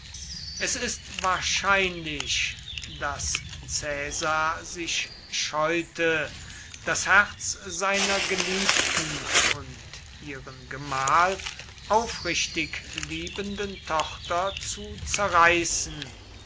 es ist wahrscheinlich daß caesar sich scheute das herz seiner geliebten und ihren gemahl aufrichtig liebenden tochter zu zerreißen